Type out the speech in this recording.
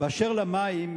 אשר למים,